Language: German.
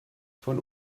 von